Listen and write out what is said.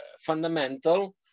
fundamental